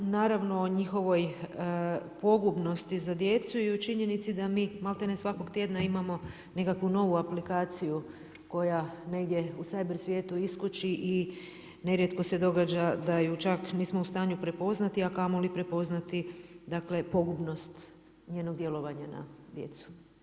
Naravno o njihovoj pogubnosti za djecu i o činjenici da mi maltene svakog tjedna imamo nekakvu novu aplikaciju koja negdje u cyber svijetu iskoči i nerijetko se događa da ju čak nismo u stanju prepoznati, a kamoli prepoznati dakle pogubnost njenog djelovanja na djecu.